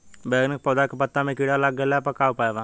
बैगन के पौधा के पत्ता मे कीड़ा लाग गैला पर का उपाय बा?